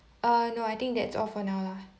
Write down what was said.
uh no I think that's all for now lah